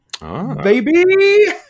Baby